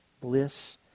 bliss